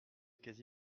quasi